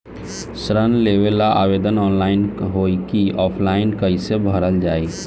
ऋण लेवेला आवेदन ऑनलाइन होई की ऑफलाइन कइसे भरल जाई?